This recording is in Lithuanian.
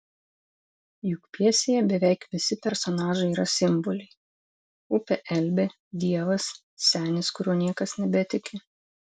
juk pjesėje beveik visi personažai yra simboliai upė elbė dievas senis kuriuo niekas nebetiki